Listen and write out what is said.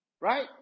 Right